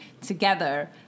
together